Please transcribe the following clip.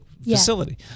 Facility